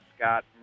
Scott